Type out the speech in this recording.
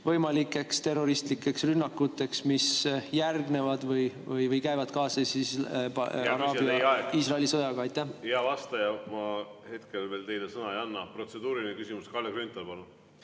võimalikeks terroristlikeks rünnakuteks, mis järgnevad või käivad kaasas araabia-Iisraeli sõjaga? Hea vastaja, ma hetkel veel teile sõna ei anna. Protseduuriline küsimus, Kalle Grünthal, palun!